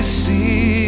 see